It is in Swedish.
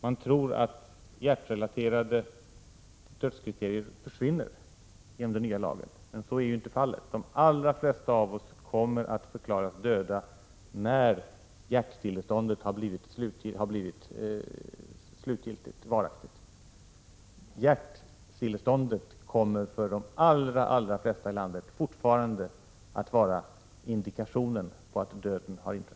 Man tror att hjärtrelaterade dödskriterier försvinner genom den nya lagen. Men så är ju inte fallet. De allra flesta av oss kommer att förklaras som döda när hjärtstilleståndet har blivit slutgiltigt varaktigt. Hjärtstillestånd kommer för de flesta i landet fortfarande att vara indikationen på att döden har inträtt.